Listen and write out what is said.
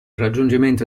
raggiungimento